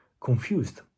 confused